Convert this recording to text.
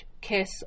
kiss